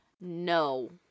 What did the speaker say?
No